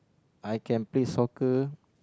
I can play soccer